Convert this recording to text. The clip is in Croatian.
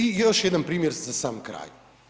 I još jedan primjer za sam kraj.